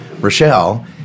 Rochelle